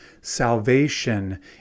salvation